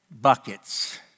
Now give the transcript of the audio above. buckets